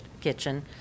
kitchen